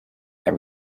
that